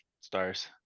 stars